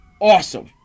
Awesome